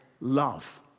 love